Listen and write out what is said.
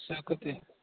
शाकोती